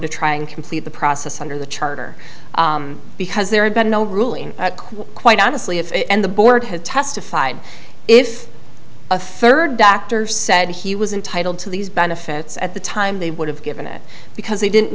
to try and complete the process under the charter because there had been no ruling quite honestly if the board had testified if a third doctor said he was entitled to these benefits at the time they would have given it because they didn't